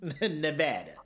Nevada